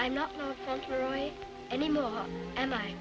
i'm not really any more and i